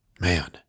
man